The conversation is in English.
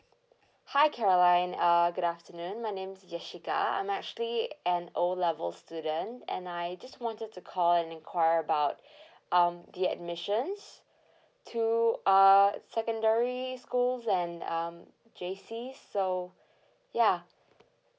hi caroline uh good afternoon my name's jessica I'm actually an O level student and I just wanted to call and enquire about um the admissions to uh secondary schools and um J_C's so ya